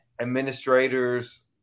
administrators